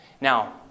Now